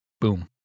Boom